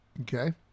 Okay